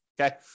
Okay